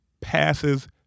passes